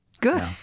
Good